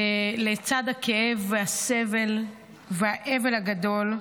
לצד הכאב והסבל והאבל הגדול,